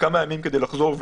כמה ימים לחזור.